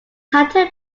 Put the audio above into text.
title